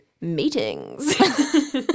meetings